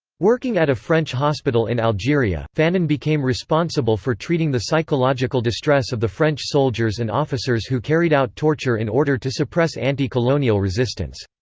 working at a french hospital in algeria, fanon became responsible for treating the psychological distress of the french soldiers and officers who carried out torture in order to suppress anti-colonial resistance.